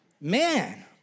Man